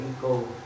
go